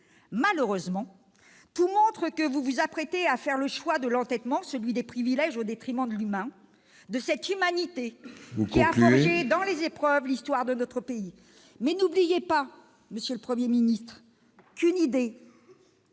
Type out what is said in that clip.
Malheureusement, tout montre que vous vous apprêtez à faire le choix de l'entêtement, celui des privilèges au détriment de l'humain, de cette humanité qui a forgé dans les épreuves l'histoire de notre pays. Il faut conclure, ma chère collègue.